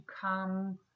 come